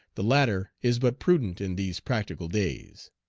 the latter is but prudent in these practical days.